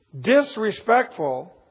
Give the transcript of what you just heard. disrespectful